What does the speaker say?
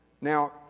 Now